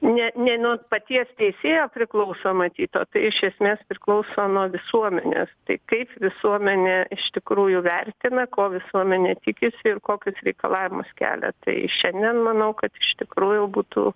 ne ne nuo paties teisėjo priklauso matyt o tai iš esmės priklauso nuo visuomenės taip kaip visuomenė iš tikrųjų vertina ko visuomenė tikisi ir kokius reikalavimus kelia tai šiandien manau kad iš tikrųjų būtų